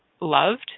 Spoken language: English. loved